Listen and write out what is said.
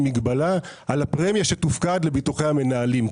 מגבלה על הפרמיה שתופקד לביטוחי המנהלים.